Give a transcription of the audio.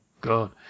God